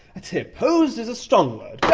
i'd say opposed is a strong word